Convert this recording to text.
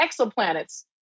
exoplanets